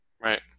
Right